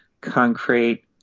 concrete